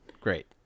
Great